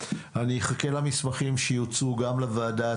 נכון שיש קושי בהתמודדות עם האירועים שם.